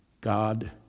God